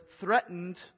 threatened